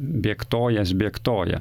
bėktojas bėktoja